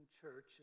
church